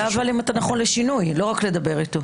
השאלה אם אתה נכון לשינוי ולא רק לדבר איתו.